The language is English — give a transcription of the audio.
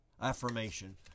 affirmation